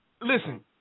Listen